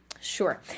sure